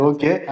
Okay